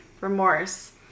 remorse